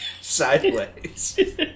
sideways